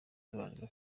duharanire